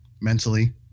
mentally